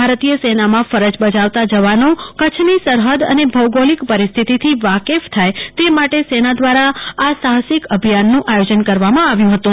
ભારતીય સેનામાં ફરજ બજાવતા જવાનો કરછની સરફદ અને ભૌગોલિક પરિસ્થિતિથી વાફેક થાય તે માટે સેના દ્વારા આ સાફસિક અભિયાનનું આયોજન કરવામાં આવ્યું ફતું